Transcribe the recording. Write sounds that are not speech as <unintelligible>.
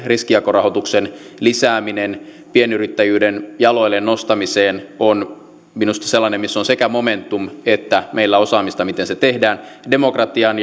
riskinjakorahoituksen lisääminen pienyrittäjyyden jaloilleen nostamiseen on minusta sellainen missä on sekä momentum että meillä osaamista miten se tehdään demokratiaan <unintelligible>